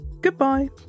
Goodbye